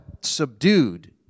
subdued